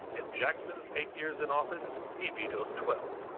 in jackson's eight years in office, he vetoed twelve.